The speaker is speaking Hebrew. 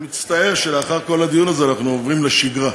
אני מצטער שלאחר כל הדיון הזה אנחנו עוברים לשגרה,